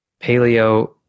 paleo